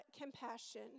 compassion